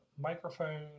microphone